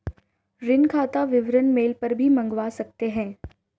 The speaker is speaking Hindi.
ऋण खाता विवरण मेल पर भी मंगवा सकते है